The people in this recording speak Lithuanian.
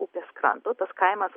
upės kranto tas kaimas